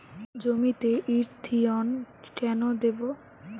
জমিতে ইরথিয়ন কেন দেবো?